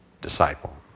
disciple